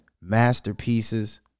masterpieces